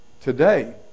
today